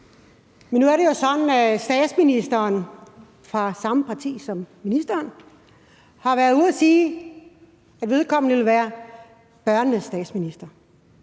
Nu er det jo sådan, at statsministeren er fra samme parti som ministeren og har været ude at sige, at vedkommende vil være børnenes statsminister.